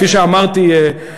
כפי שאמרתי,